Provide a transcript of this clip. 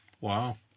Wow